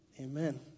Amen